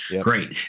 Great